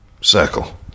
Circle